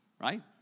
right